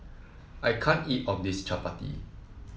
I can't eat all of this Chappati